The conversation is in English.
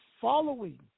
following